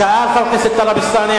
שאל חבר הכנסת טלב אלסאנע,